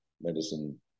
medicine